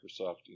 Microsoft